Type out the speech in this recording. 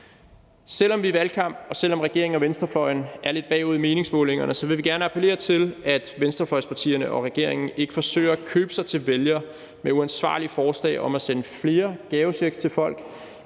Selv om vi er i valgkamp, og selv om regeringen og venstrefløjen er lidt bagud i meningsmålingerne, så vil vi gerne appellere til, at venstrefløjspartierne og regeringen ikke forsøger at købe sig til vælgere med uansvarlige forslag om at sende flere gavechecks til folk